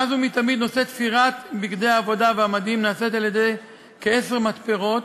מאז ומתמיד תפירת בגדי העבודה והמדים נעשית על-ידי כעשר מתפרות,